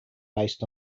based